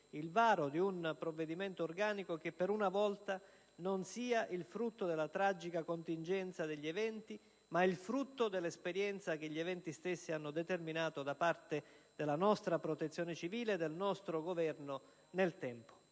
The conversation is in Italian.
il varo di un provvedimento organico che, per una volta, non sia il frutto della tragica contingenza degli eventi ma dell'esperienza che gli eventi stessi hanno determinato da parte della nostra Protezione civile e del nostro Governo nel tempo.